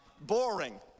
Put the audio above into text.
boring